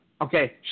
Okay